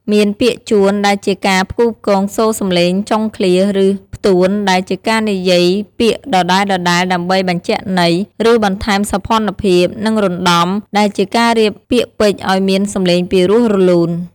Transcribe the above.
មាន ពាក្យជួន ដែលជាការផ្គូផ្គងសូរសំឡេងចុងឃ្លា ឬ ផ្ទួនដែលជាការនិយាយពាក្យដដែលៗដើម្បីបញ្ជាក់ន័យ ឬបន្ថែមសោភ័ណភាព និង រណ្តំ ដែលជាការរៀបពាក្យពេចន៍ឱ្យមានសំឡេងពីរោះរលូន។